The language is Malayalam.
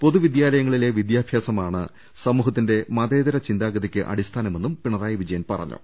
പൊതുവിദ്യാലയങ്ങളിലെ വിദ്യാഭ്യാസമാണ് സമൂഹത്തിന്റെ മതേതര ചിന്താ ഗതിക്ക് അടിസ്ഥാനമെന്നും പിണറായി വിജയൻ പറഞ്ഞു